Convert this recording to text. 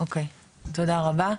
אוקי, תודה רבה.